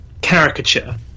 caricature